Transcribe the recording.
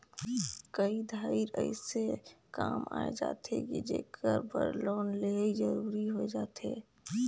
कए धाएर अइसे काम आए जाथे कि जेकर बर लोन लेहई जरूरी होए जाथे